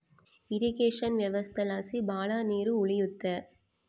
irrigation ವ್ಯವಸ್ಥೆಲಾಸಿ ಭಾಳ ನೀರ್ ಉಳಿಯುತ್ತೆ